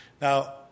Now